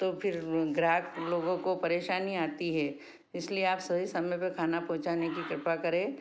तो फिर ग्राहक लोगों को परेशानी आती है इसलिए आप सभी समय पे खाना पहुँचाने कि कृपा करें